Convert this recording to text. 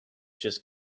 just